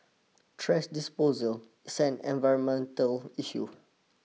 trash disposal is an environmental issue